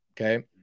Okay